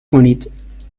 کنید